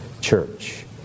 church